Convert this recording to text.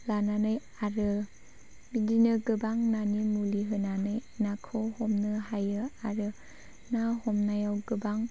लानानै आरो बिदिनो गोबां नानि मुलि होनानै नाखौ हमनो हायो आरो ना हमनायाव गोबां